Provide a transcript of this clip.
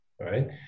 right